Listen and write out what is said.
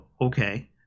Okay